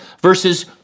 versus